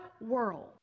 world